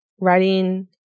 writing